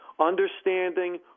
understanding